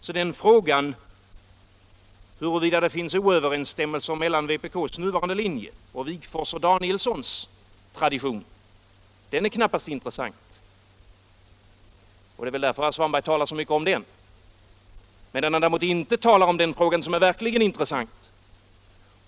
Så frågan huruvida det råder oöverensstämmelse mellan vpk:s nuvarande linje och Wigforss och Danielssons tradition är knappast intressant. Det är väl därför herr Svanberg talar så mycket om den, medan han däremot inte talar om den fråga som verkligen är intressant.